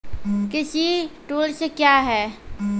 कृषि टुल्स क्या हैं?